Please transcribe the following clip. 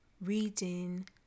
reading